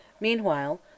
meanwhile